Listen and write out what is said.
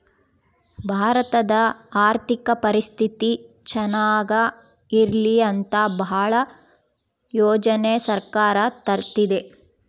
ಭಾರತದ ಆರ್ಥಿಕ ಪರಿಸ್ಥಿತಿ ಚನಾಗ ಇರ್ಲಿ ಅಂತ ಭಾಳ ಯೋಜನೆ ಸರ್ಕಾರ ತರ್ತಿದೆ